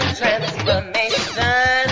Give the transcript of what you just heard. transformation